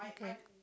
okay